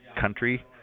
country